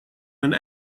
hun